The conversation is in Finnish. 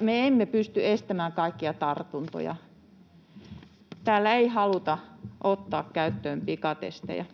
Me emme pysty estämään kaikkia tartuntoja. Täällä ei haluta ottaa käyttöön pikatestejä.